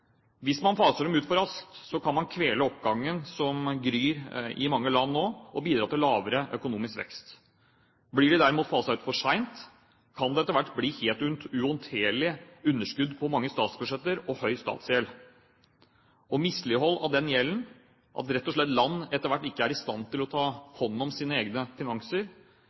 Hvis man faser dem ut for raskt, kan man kvele oppgangen som gryr i mange land nå, og bidra til lavere økonomisk vekst. Blir de derimot faset ut for sent, kan det etter hvert bli helt uhåndterlige underskudd på mange statsbudsjetter og høy statsgjeld. Mislighold av den gjelden, at land rett og slett etter hvert ikke er i stand til å ta hånd om sine egne finanser,